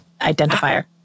identifier